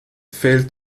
fehlt